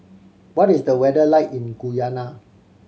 what is the weather like in Guyana